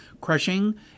crushing